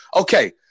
Okay